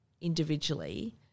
individually